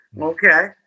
Okay